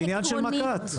זה עניין של מק"ט.